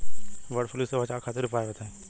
वड फ्लू से बचाव खातिर उपाय बताई?